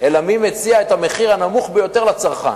אלא מי מציע את המחיר הנמוך ביותר לצרכן,